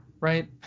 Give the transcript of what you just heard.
right